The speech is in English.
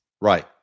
right